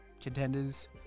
contenders